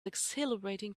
exhilarating